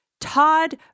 Todd